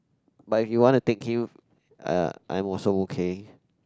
but if you want to take you uh I'm also okay